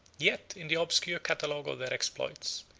yet in the obscure catalogue of their exploits,